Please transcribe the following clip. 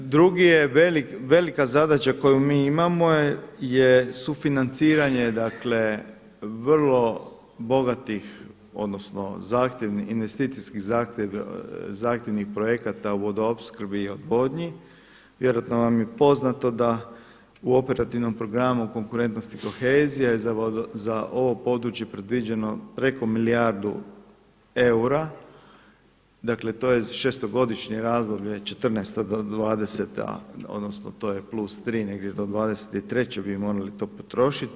Druga je velika zadaća koju mi imamo je sufinaciranje dakle vrlo bogatih, odnosno zahtjevnih, investicijskih zahtjevnih projekata u vodoopskrbi i odvodnji, vjerojatno vam je poznato da u operativnom programu konkurentnosti i kohezija je za ovo područje predviđeno preko milijardu eura, dakle to je 6.-godišnje razdoblje, '14.-to do '20.-ta odnosno to je plu 3 negdje do '23. bi morali to potrošiti.